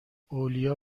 اولیاء